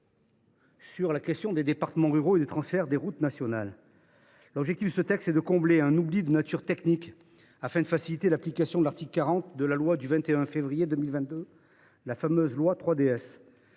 sur la question des départements ruraux et des transferts de routes nationales. L’objectif de ce texte est de combler un oubli de nature technique et, partant, de faciliter l’application de l’article 40 de la loi du 21 février 2022, la fameuse loi 3DS.